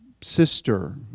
sister